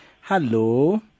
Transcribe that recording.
Hello